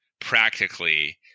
practically